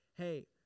hey